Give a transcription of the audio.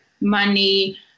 money